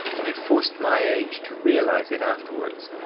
and had forced my age to realise it afterwards.